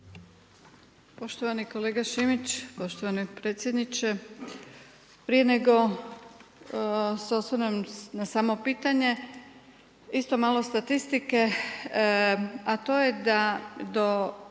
Poštovani kolega Šimić, poštovani predsjedniče. Prije nego se osvrnem na samo pitanje, isto malo statistike. A to je da do